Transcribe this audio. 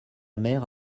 mère